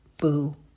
Boo